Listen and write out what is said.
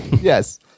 yes